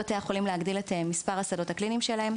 בתי החולים להגדיל את מספר השדות הקליניים שלהם.